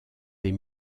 des